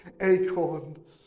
acorns